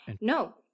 No